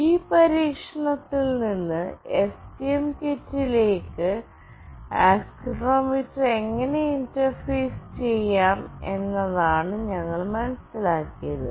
ഈ പരീക്ഷണത്തിൽ നിന്ന് എസ്ടിഎം കിറ്റിലേക്ക് ആക്സിലറോമീറ്റർ എങ്ങനെ ഇന്റർഫേസ് ചെയ്യാമെന്നതാണ് ഞങ്ങൾ മനസ്സിലാക്കിയത്